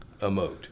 emote